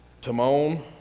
Timon